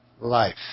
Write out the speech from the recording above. life